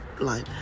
life